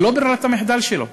זו לא ברירת המחדל שלו.